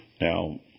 Now